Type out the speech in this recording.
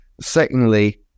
Secondly